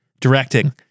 directing